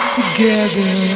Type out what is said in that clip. together